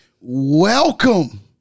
Welcome